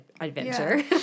adventure